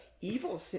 Evil